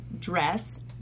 dress